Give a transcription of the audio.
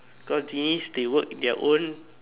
cause genies they work their own